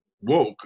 woke